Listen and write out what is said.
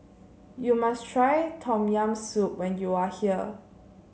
you must try Tom Yam Soup when you are here